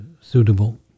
suitable